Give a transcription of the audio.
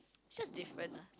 it's just different lah